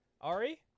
Ari